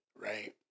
right